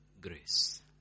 grace